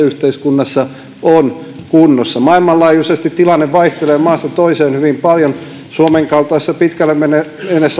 yhteiskunnassa on kunnossa maailmanlaajuisesti tilanne vaihtelee maasta toiseen hyvin paljon suomen kaltaisessa pitkälle menneessä